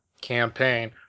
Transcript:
campaign